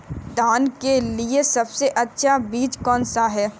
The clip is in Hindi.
धान के लिए सबसे अच्छा बीज कौन सा है?